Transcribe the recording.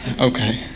Okay